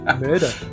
Murder